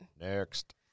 Next